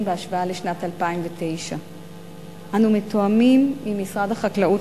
בהשוואה לשנת 2009. אנו מתואמים עם משרד החקלאות